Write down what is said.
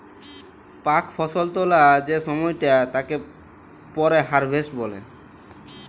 পাক ফসল তোলা যে সময়টা তাকে পরে হারভেস্ট বলে